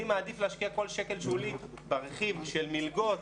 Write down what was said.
אני מעדיף להשקיע כל שקל שולי ברכיב של מלגות